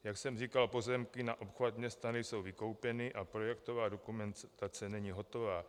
Jak jsem říkal, pozemky na obchvat města nejsou vykoupeny a projektová dokumentace není hotová.